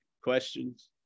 questions